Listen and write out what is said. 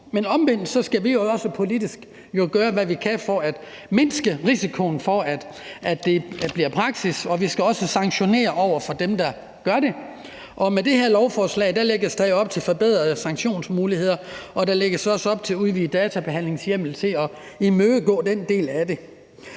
Omvendt skal vi jo også politisk gøre, hvad vi kan for at mindske risikoen for, at det bliver praksis, og vi skal også sanktionere dem, der gør det. Med det her lovforslag lægges der jo op til forbedrede sanktionsmuligheder, og der lægges også op til at give hjemmel til øget databehandling for at imødegå den del af det.